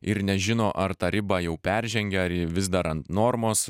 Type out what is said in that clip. ir nežino ar tą ribą jau peržengė ar ji vis dar ant normos